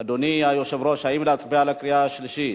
אדוני היושב-ראש, האם להצביע לקריאה השלישית?